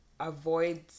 avoid